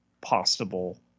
possible